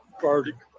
verdict